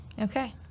Okay